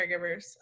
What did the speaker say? caregivers